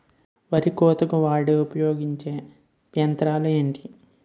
వరి కోతకు వాడే ఉపయోగించే యంత్రాలు ఏంటి?